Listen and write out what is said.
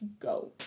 go